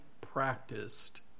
practiced